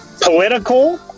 political